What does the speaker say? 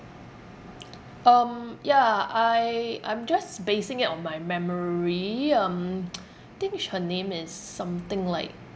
um yeah I I'm just basing it on my memory um think sh~ her name is something like